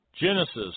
Genesis